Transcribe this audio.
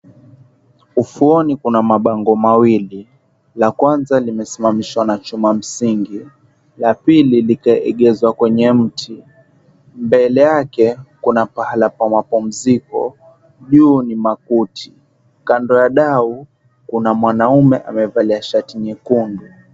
Ufuoni kuna mabango mawili, la kwanza limesimamishwa na chuma msingi, la pili likaegezwa kwenye mti. Mbele yake kuna pahala pa mapumziko, juu ni makoti. Kando ya dau kuna mwanaume amevalia shati nyekundu.